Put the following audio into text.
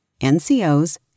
NCOs